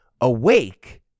Awake